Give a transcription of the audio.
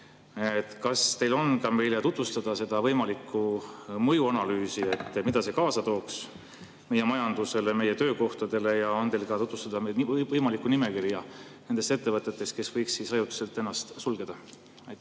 Kas teil on võimalik ka meile tutvustada selle võimaliku mõju analüüsi, mida see kaasa tooks meie majandusele, meie töökohtadele? Ja [kas saate] tutvustada võimalikku nimekirja nendest ettevõtetest, kes võiks ajutiselt ennast sulgeda? Aitäh,